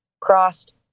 crossed